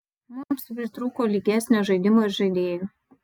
mums pritrūko lygesnio žaidimo ir žaidėjų